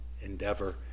endeavor